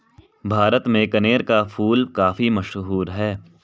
भारत में कनेर का फूल काफी मशहूर है